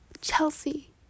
chelsea